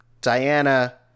Diana